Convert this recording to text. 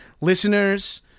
Listeners